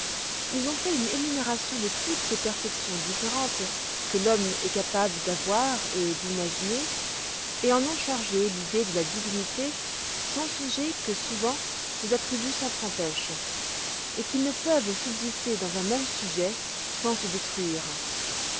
ils ont fait une énumération de toutes les perfections différentes que l'homme est capable d'avoir et d'imaginer et en ont chargé l'idée de la divinité sans songer que souvent ces attributs s'entr'empêchent et qu'ils ne peuvent subsister dans un même sujet sans se détruire